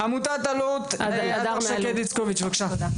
עמותת אלו"ט, הדר שקד איצקוביץ', בבקשה.